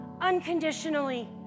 unconditionally